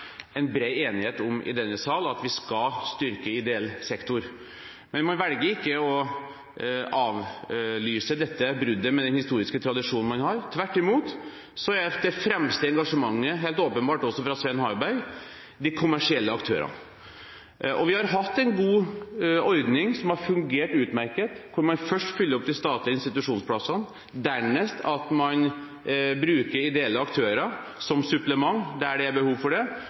en bred enighet om i denne sal – at vi skal styrke ideell sektor. Men man velger ikke å avlyse dette bruddet med den historiske tradisjonen man har – tvert imot er det fremste engasjementet, helt åpenbart også fra Svein Harbergs side, for de kommersielle aktørene. Vi har hatt en god ordning, som har fungert utmerket, hvor man først fyller opp de statlige institusjonsplassene, dernest bruker ideelle aktører som supplement der det er behov for det,